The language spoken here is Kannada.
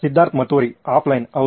ಸಿದ್ಧಾರ್ಥ್ ಮತುರಿ ಆಫ್ಲೈನ್ ಹೌದು